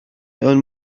ond